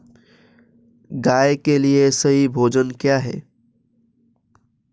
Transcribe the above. गाय के लिए सही भोजन क्या है?